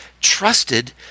trusted